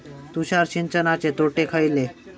तुषार सिंचनाचे तोटे खयले?